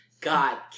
God